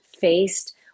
faced